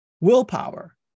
willpower